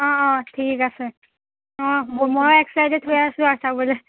অঁ অঁ ঠিক আছে অঁ মই একচাইটেড হৈ আছোঁ আৰু চাবলৈ